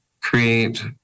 create